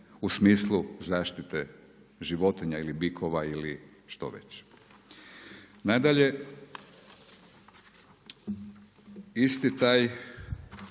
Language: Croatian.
u smislu zaštite životinja ili bikova ili što već.